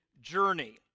journey